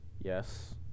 Yes